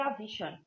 vision